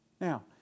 Now